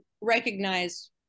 recognize